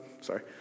sorry